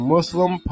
Muslim